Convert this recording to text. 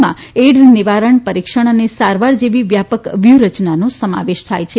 માં એઇડ્ઝ નિવારણ પરિક્ષણ અને સારવાર જેવી વ્યાપક વ્યૂહરચનાનો સમાવેશ થાય છે